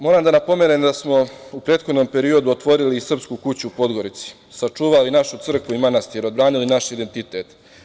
Moram da napomenem da smo u prethodnom periodu otvorili Srpsku kuću u Podgorici, sačuvali našu crkvu i manastire, odbranili naš identitet.